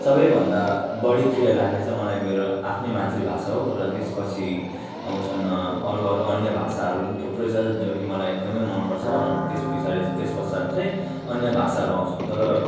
सबैभन्दा बढी प्रिय लाग्ने चाहिँ मलाई मेरो आफ्नै मातृभाषा हो र त्यसपछि आउँछन् अरू अरू अन्य भाषाहरू पनि थुप्रै छ जो कि मलाई एकदमै मनपर्छ त्यसपछाडि त्यसपश्चात चाहिँ अन्य भाषाहरू आउँछन् तर